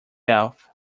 yourself